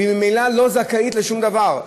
והיא ממילא לא זכאית לשום דבר.